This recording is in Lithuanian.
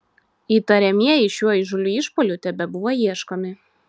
įtariamieji šiuo įžūliu išpuoliu tebebuvo ieškomi